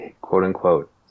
quote-unquote